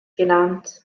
genannt